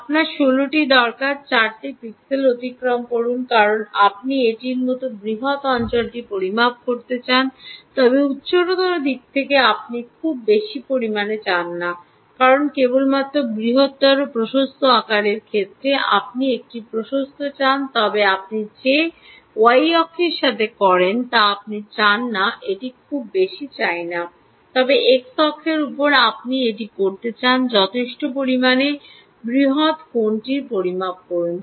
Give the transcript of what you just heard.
আপনার 16 টি দরকার 4 পিক্সেল অতিক্রম করুন কারণ আপনি এটির মতো বৃহত অঞ্চলটি পরিমাপ করতে চান তবে উচ্চতার দিক থেকে আপনি খুব বেশি পরিমাণে চান না কেবলমাত্র বৃহত্তর প্রশস্ত আকারের ক্ষেত্রে আপনি এটি প্রশস্ত চান তবে আপনি যে y অক্ষের সাথে করেন তা আপনি চান না এটি খুব বেশি চাই না তবে এক্স অক্ষের উপর আপনি এটি করতে চান যথেষ্ট পরিমাণে বৃহত কোণটি পরিমাপ করুন